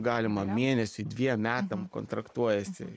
galima mėnesiui dviem metam kontraktuojansi